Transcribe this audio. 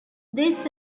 this